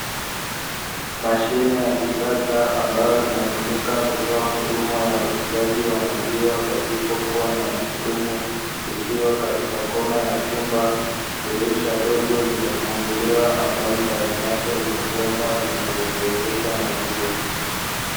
Mashine ya kisasa, ambayo inatumiaka kutoa huduma ya uzaji wa maziwa pasipo kuwa na muhudumu, ikiwa katika kona ya chumba dirisha dogo limefunguliwa ambalo ndani yake lina bomba linalotiririsha maziwa.